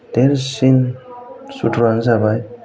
देरसिन सुथुरानो जाबाय